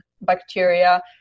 bacteria